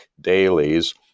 dailies